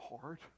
hard